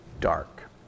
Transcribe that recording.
dark